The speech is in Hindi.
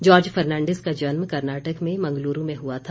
जार्ज फर्नांडिस का जन्म कर्नाटक में मंगलूरु में हुआ था